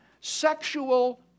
Sexual